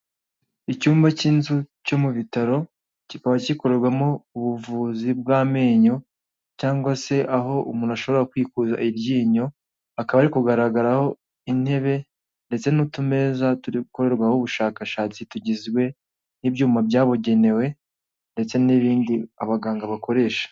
Icyumba cy'inzu cyo mu bitaro kikaba gikorerwamo ubuvuzi bw'amenyo cyangwa se aho umuntu ashobora kwikuza iryinyo, akaba ari kugaragaraho intebe ndetse n'utumezaeza turi gukorerwaho ubushakashatsi tugizwe n'ibyuma byabugenewe ndetse n'ibindi abaganga bakoresha.